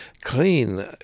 Clean